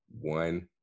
one